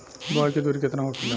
बुआई के दूरी केतना होखेला?